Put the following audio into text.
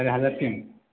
आराय हाजारसिम